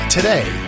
Today